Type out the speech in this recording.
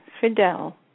Fidel